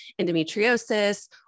endometriosis